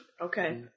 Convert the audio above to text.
Okay